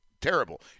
terrible